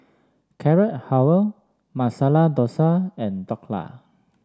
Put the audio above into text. Carrot Halwa Masala Dosa and Dhokla